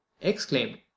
exclaimed